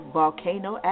volcano